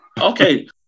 Okay